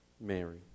Mary